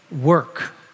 work